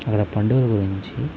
వాళ్ళ పండుగల గురించి